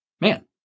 Man